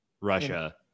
Russia